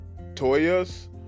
Toya's